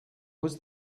was